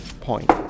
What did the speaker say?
Point